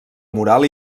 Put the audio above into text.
mural